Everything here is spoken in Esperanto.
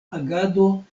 agado